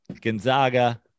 Gonzaga